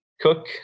cook